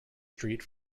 street